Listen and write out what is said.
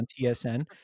TSN